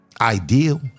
ideal